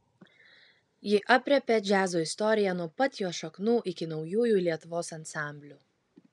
ji aprėpia džiazo istoriją nuo pat jo šaknų iki naujųjų lietuvos ansamblių